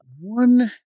one